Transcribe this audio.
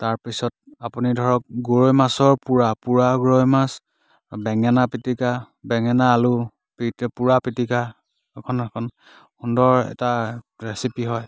তাৰ পিছত আপুনি ধৰক গৰৈ মাছৰ পোৰা পোৰা গৰৈ মাছ বেঙেনা পিটিকা বেঙেনা আলু পিট পোৰা পিটিকা অকণ সুন্দৰ এটা ৰেচিপি হয়